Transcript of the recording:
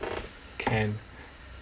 can